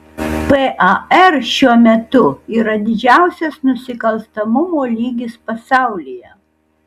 par šiuo metu yra didžiausias nusikalstamumo lygis pasaulyje